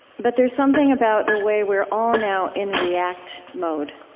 but there is something about the way we're all now in react mode,